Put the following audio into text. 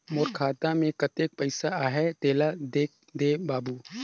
मोर खाता मे कतेक पइसा आहाय तेला देख दे बाबु?